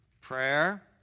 Prayer